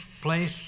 place